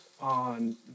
on